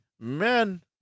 men